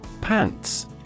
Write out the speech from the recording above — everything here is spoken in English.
Pants